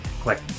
Click